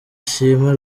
shima